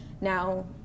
Now